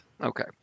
Okay